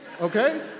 okay